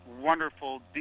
wonderful